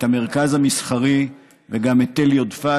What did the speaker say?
את המרכז המסחרי וגם את תל יודפת,